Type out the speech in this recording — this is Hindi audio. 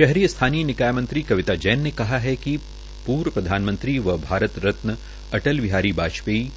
शहरी स्थानीय निकाय मंत्री कविता जैन ने कहा है कि प्र्व प्रधानमंत्री व भारत रत्न अटल बिहारी वाजपेयी